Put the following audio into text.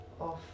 off